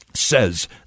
says